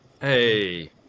Hey